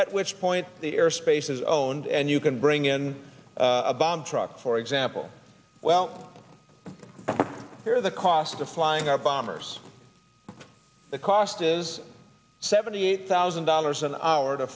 at which point the airspace is owned and you can bring in a bomb truck for example well here the cost of flying our bombers the cost is seventy eight thousand dollars an hour to